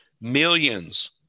millions